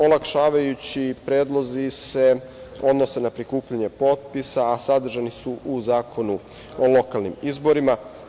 Olakšavajući predlozi se odnose na prikupljanje potpisa, a sadržani su u zakonu o lokalnim izborima.